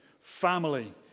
family